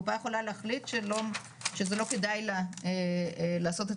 קופה יכולה להחליט שזה לא כדאי לה לעשות את